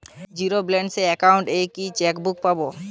Zero balance account এ কি chequebook পাব?